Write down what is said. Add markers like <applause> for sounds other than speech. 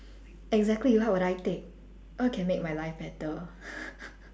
exactly why would I take what can make my life better <laughs>